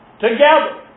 together